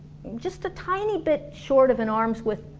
just a tiny bit short of an arms width,